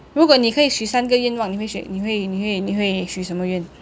如果你可以许三个愿望你会选你会你会你会许什么愿